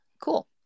Cool